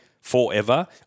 forever